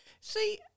See